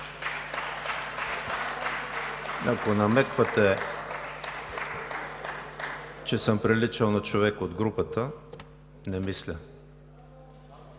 Ако намеквате, че съм приличал на човек от групата – не мисля.